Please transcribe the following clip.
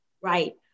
right